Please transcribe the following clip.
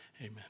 Amen